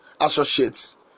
associates